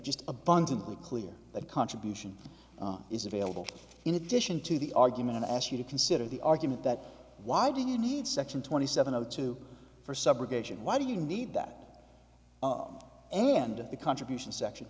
just abundantly clear that contribution is available in addition to the argument i ask you to consider the argument that why do you need section twenty seven of two for subrogation why do you need that and the contribution section